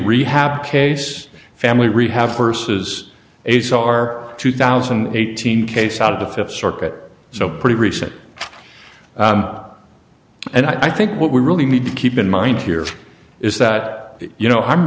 rehab case family rehab purses ace are two thousand eight hundred case out of the fifth circuit so pretty recent and i think what we really need to keep in mind here is that you know i'm